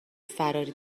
فراری